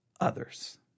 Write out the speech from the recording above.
others